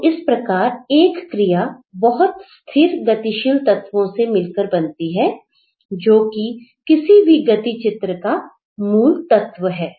तो इस प्रकार एक क्रिया बहुत स्थिर गतिशील तत्वों से मिलकर बनती है जो कि किसी भी गति चित्र का मूल तत्व है